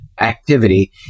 activity